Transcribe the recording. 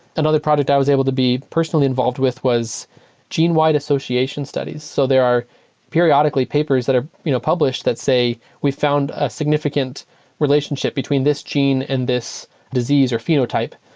another product i was able to be personally involved with was gene-wide association studies. so there are periodically papers that are you know published that say we found a significant relationship between this gene and this disease or phenotype,